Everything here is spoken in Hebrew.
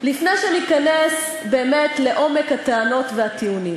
לפני שניכנס באמת לעומק הטענות והטיעונים: